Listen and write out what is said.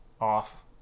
off